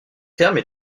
fermes